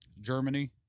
Germany